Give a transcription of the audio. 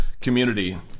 community